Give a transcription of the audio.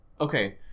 okay